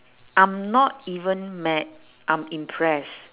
I'm not even mad I'm impressed